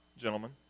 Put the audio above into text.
gentlemen